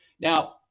Now